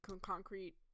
concrete